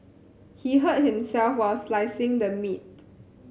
he hurt himself while slicing the meat